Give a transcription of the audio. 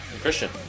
Christian